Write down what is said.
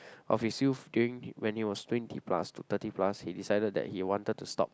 of his youth during when he was twenty plus to thirty plus he decided that he wanted to stop